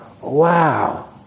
wow